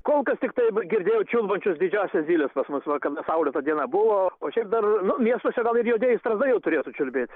kol kas tiktai girdėjau čiulbančias didžiąsias zyles pas mus vakar saulėta diena buvo o šiaip dar nu miestuose gal ir juodieji strazdai jau turėtų čiulbėt